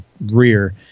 rear